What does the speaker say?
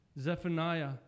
Zephaniah